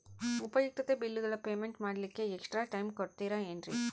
ಉಪಯುಕ್ತತೆ ಬಿಲ್ಲುಗಳ ಪೇಮೆಂಟ್ ಮಾಡ್ಲಿಕ್ಕೆ ಎಕ್ಸ್ಟ್ರಾ ಟೈಮ್ ಕೊಡ್ತೇರಾ ಏನ್ರಿ?